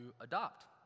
adopt